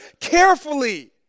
carefully